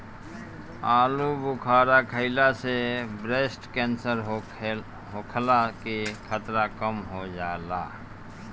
आलूबुखारा खइला से ब्रेस्ट केंसर होखला के खतरा कम हो जाला